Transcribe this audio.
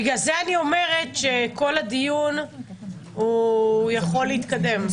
בגלל זה אני אומרת שכל הדיון יכול להתקדם.